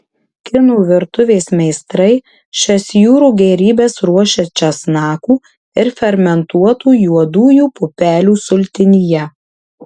kinų virtuvės meistrai šias jūrų gėrybes ruošia česnakų ir fermentuotų juodųjų pupelių sultinyje